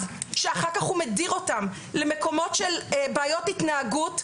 שאחר כך הוא מדיר אותם למקומות של בעיות התנהגות,